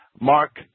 Mark